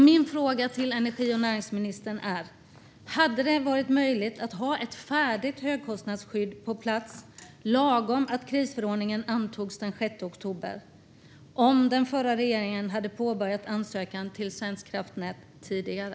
Min fråga till energi och näringsministern är: Hade det varit möjligt att ha ett färdigt högkostnadsskydd på plats lagom till att krisförordningen antogs den 6 oktober om den förra regeringen hade påbörjat ansökan till Svenska kraftnät tidigare?